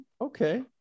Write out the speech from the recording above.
Okay